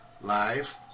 live